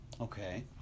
Okay